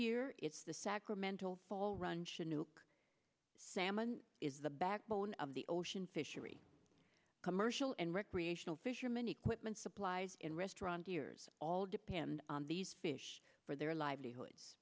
year it's the sacramento ball run new salmon is the backbone of the ocean fishery commercial and recreational fishermen equipment supplies in restaurant years all depend on these fish for their livelihoods